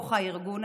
בתוך הארגון.